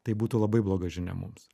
tai būtų labai bloga žinia mums